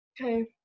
Okay